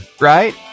right